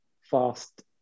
fast